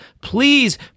please